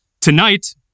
Tonight